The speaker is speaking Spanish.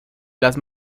las